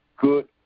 Good